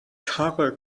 karre